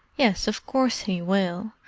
yes of course he will.